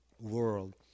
world